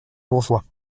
bourgeois